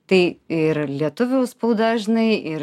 tai ir lietuvių spauda žinai ir